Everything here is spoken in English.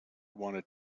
wanted